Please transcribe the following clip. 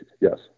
yes